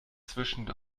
zwischen